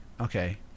Okay